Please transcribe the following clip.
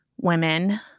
women